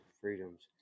freedoms